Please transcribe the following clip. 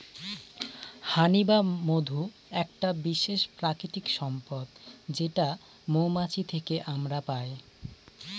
হানি বা মধু একটা বিশেষ প্রাকৃতিক সম্পদ যেটা মৌমাছি থেকে আমরা পাই